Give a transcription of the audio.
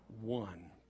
one